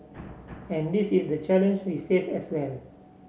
and this is the challenge we face as well